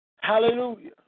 hallelujah